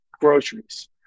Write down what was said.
groceries